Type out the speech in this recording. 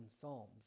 psalms